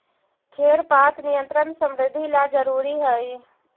खेर पात नियंत्रण समृद्धि ला जरूरी हई